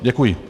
Děkuji.